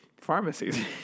pharmacies